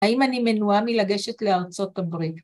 ‫האם אני מנועה מלגשת לארצות הברית?